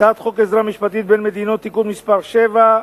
הצעת חוק עזרה משפטית בין מדינות (תיקון מס' 7)